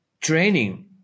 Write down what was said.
training